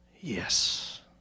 yes